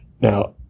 Now